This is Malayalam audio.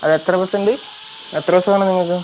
അതെത്ര ബസുണ്ട് എത്ര വേണം നിങ്ങൾക്ക്